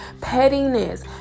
pettiness